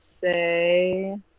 say